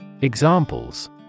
Examples